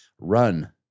run